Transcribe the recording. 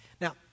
Now